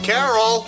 Carol